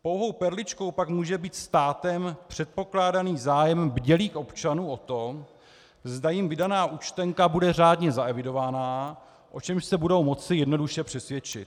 Pouhou perličkou pak může být státem předpokládaný zájem bdělých občanů o to, zda jim vydaná účtenka bude řádně zaevidovaná, o čemž se budou moci jednoduše přesvědčit.